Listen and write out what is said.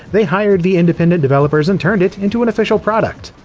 they hired the independent developers and turned it into an official product.